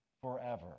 forever